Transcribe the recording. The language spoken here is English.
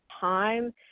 time